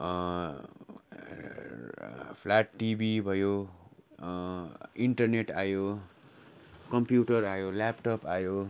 flat TV भयो internet आयो computer आयो ल्यापटप आयो